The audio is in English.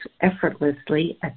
effortlessly